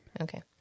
Okay